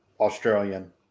australian